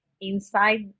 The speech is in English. inside